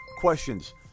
questions